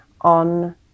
on